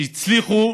שיצליחו